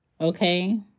okay